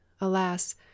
Alas